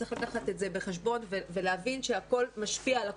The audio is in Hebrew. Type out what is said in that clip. צריך לקחת את זה בחשבון ולהבין שהכול משפיע על הכול.